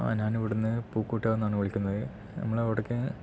ആ ഞാൻ ഇവിടുന്ന് പൂക്കോട്ടെന്നാണ് വിളിക്കുന്നത് നമ്മൾ അവിടെ ഇന്ന്